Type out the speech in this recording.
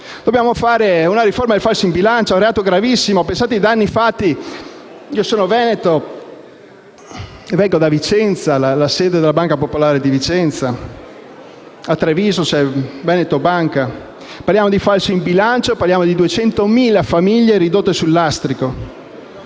Dobbiamo fare una riforma del falso in bilancio, che è un reato gravissimo. Si pensi ai danni che ha procurato. Io sono veneto e vengo da Vicenza, dove c'è la sede della Banca Popolare di Vicenza. A Treviso, invece, c'è Veneto Banca. Parliamo di falso in bilancio e parliamo di 200.000 famiglie ridotte sul lastrico.